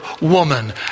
woman